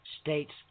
states